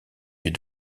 huit